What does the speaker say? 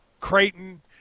Creighton